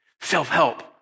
Self-help